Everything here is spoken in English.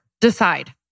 decide